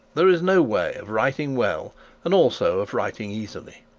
there is no way of writing well and also of writing easily.